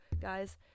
guys